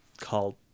called